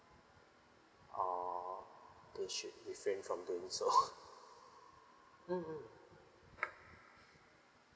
oh they should refrain from doing so mmhmm